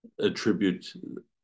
attribute